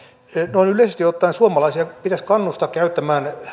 noin yleisesti ottaen suomalaisia pitäisi kannustaa käyttämään